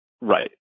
Right